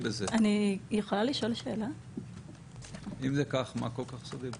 אם זה כך, מה כל כך סודי בזה?